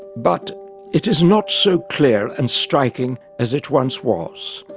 but it is not so clear and striking as it once was.